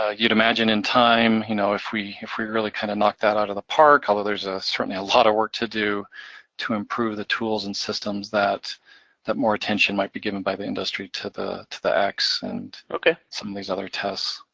ah you'd imagine in time, you know if we if we really kind of knocked that out of the park, although there's ah certainly a lot of work to do to improve the tools and systems that that more attention might be given by the industry to the to the x and some of these other tests.